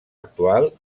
actual